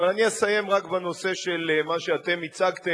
אבל אני אסיים רק בנושא של מה שאתם הצגתם,